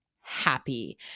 happy